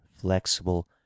flexible